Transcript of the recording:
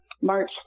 March